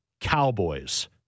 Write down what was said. Cowboys